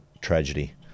tragedy